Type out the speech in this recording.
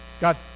God